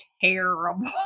terrible